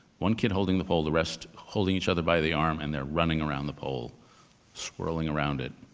one kid holding the pole, the rest holding each other by the arm, and they're running around the pole swirling around it.